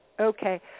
Okay